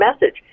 message